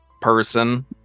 person